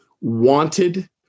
wanted